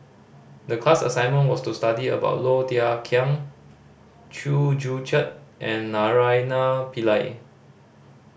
the class assignment was to study about Low Thia Khiang Chew Joo Chiat and Naraina Pillai